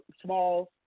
small